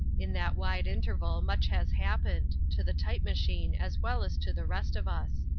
in that wide interval much has happened to the type-machine as well as to the rest of us.